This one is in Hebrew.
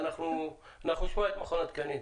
אנחנו נשמע את מכון התקנים.